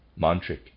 mantric